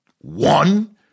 One